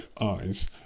eyes